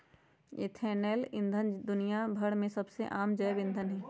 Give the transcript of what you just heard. ethanol ईंधन दुनिया भर में सबसे आम जैव ईंधन हई